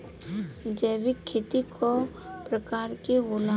जैविक खेती कव प्रकार के होला?